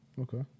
Okay